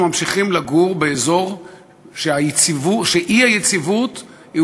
אנחנו ממשיכים לגור באזור שהאי-יציבות בו